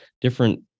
different